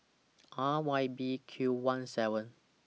R Y B Q one seven